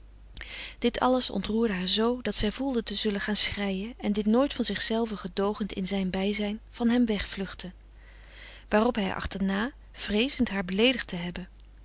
dit alles ontroerde haar z dat zij voelde te zullen gaan schreien en dit nooit van zichzelve gedoogend in frederik van eeden van de koele meren des doods zijn bijzijn van hem wegvluchtte waarop hij haar achterna vreezend haar beleedigd te hebben